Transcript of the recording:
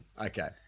Okay